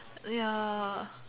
ya